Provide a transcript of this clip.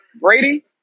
Brady